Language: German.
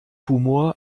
humor